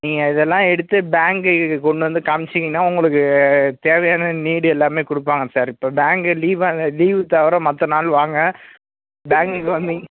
நீங்கள் இதெல்லாம் எடுத்து பேங்குக்கு கொண்டு வந்து காமிச்சீங்கன்னால் உங்களுக்கு தேவையான நீடு எல்லாமே கொடுப்பாங்க சார் இப்போ பேங்கு லீவா லீவு தவிர மற்ற நாள் வாங்க பேங்குக்கு வந்தீங்க